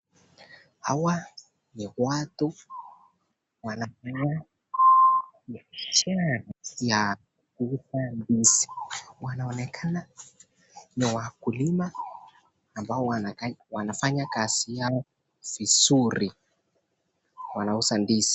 Hawa ni watu wanafanya biashara ya kuuza ndizi, wanaonekana ni wakulima ambao wanafanya kazi yao vizuri, wanauza ndizi.